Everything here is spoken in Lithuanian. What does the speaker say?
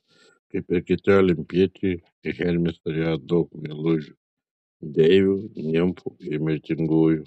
kaip ir kiti olimpiečiai hermis turėjo daug meilužių deivių nimfų ir mirtingųjų